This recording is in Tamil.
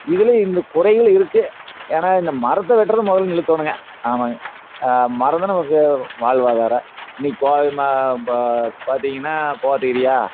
இதுலயும் இந்த குறைகள் இருக்குது ஏனால் இந்த மரத்தை வெட்றதை முதல்ல நிறுத்தணும்க ஆமாங்க மரம்தான் நமக்கு வாழ்வாதாரம் இன்றைக்கு கோவை மா இப்போ பார்த்திங்கனா கோத்தகிரியா